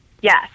Yes